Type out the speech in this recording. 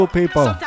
people